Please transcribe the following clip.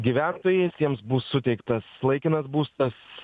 gyventojais jiems bus suteiktas laikinas būstas